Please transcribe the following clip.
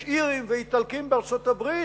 יש אירים ואיטלקים בארצות-הברית,